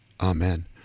Amen